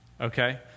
Okay